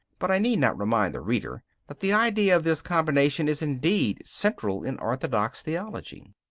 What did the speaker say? but i need not remind the reader that the idea of this combination is indeed central in orthodox theology.